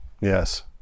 Yes